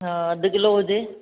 हा अधि किलो हुजे